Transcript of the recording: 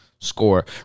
score